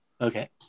okay